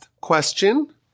question